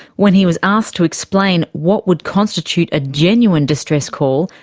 when he was asked to explain what would constitute a genuine distress call,